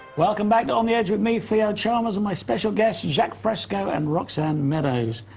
welcome back to on the edge, with me, theo chalmers and my special guests jacque fresco and roxanne meadows.